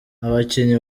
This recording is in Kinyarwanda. abakinnyi